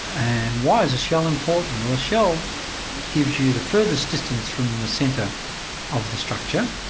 and why is a shell important? well a shell gives you the furthest distance from the centre of the structure,